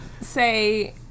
say